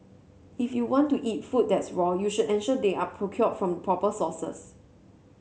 if you want to eat food that's raw you should ensure they are procured from proper sources